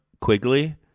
Quigley